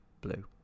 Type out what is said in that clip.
Blue